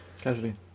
Casually